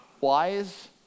wise